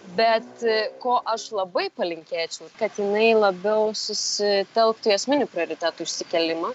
bet ko aš labai palinkėčiau kad jinai labiau susitelktų į esminių prioritetų išsikėlimą